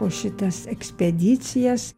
po šitas ekspedicijas